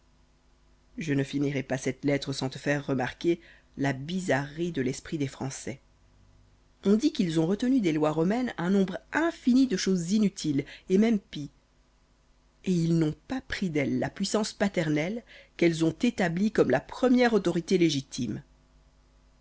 je ne finirai pas cette lettre sans te faire remarquer la bizarrerie de l'esprit des françois on dit qu'ils ont retenu des lois romaines un nombre infini de choses inutiles et même pis et ils n'ont pas pris d'elles la puissance paternelle qu'elles ont établie comme la première autorité légitime